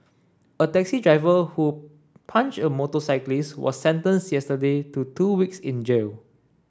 a taxi driver who punched a motorcyclist was sentenced yesterday to two weeks in jail